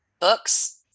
Books